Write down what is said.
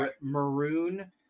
maroon